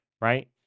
right